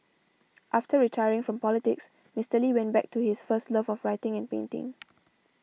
after retiring from politics Mister Lee went back to his first love of writing and painting